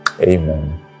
amen